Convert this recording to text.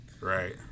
Right